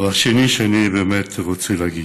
דבר שני שאני באמת רוצה להגיד: